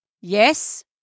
Yes